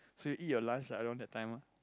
so you each your lunch like around that time ah